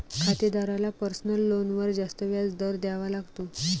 खातेदाराला पर्सनल लोनवर जास्त व्याज दर द्यावा लागतो